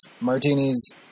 martinis